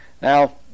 Now